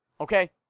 Okay